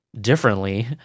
differently